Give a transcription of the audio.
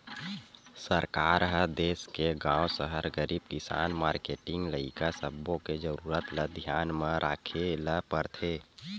सरकार ह देस के गाँव, सहर, गरीब, किसान, मारकेटिंग, लइका सब्बो के जरूरत ल धियान म राखे ल परथे